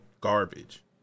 garbage